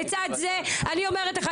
לצד זה אני אומרת לך,